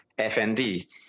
FND